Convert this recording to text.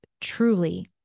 truly